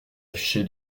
affiché